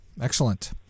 Excellent